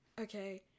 Okay